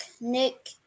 Nick